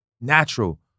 natural